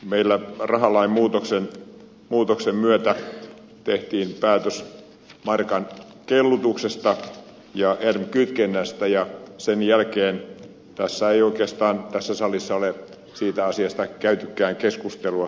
meillä rahalain muutoksen myötä tehtiin päätös markan kellutuksesta ja erm kytkennästä ja sen jälkeen tässä salissa ei oikeastaan ole siitä asiasta käytykään keskustelua